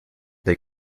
they